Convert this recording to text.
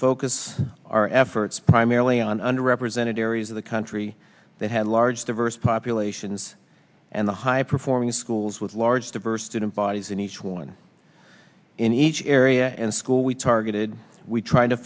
focus our efforts primarily on under represented areas of the country that had large diverse populations and the high performing schools with large diverse student bodies in each one in each area and school we targeted we tr